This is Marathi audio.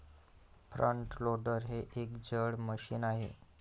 फ्रंट लोडर हे एक जड मशीन आहे